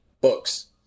Books